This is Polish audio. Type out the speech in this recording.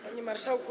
Panie Marszałku!